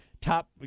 top